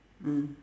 mm